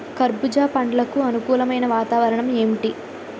కర్బుజ పండ్లకు అనుకూలమైన వాతావరణం ఏంటి?